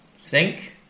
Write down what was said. sink